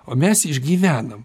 o mes išgyvenam